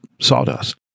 sawdust